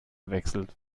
wechselt